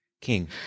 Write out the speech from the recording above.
King